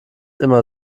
immer